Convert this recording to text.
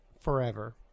forever